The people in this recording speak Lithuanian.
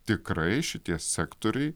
tikrai šitie sektoriai